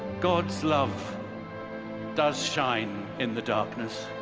god's love does shine in the darkness,